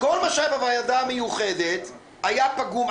כל מה שהיה בוועדה המיוחדת היה פגום.